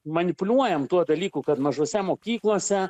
manipuliuojam tuo dalyku kad mažose mokyklose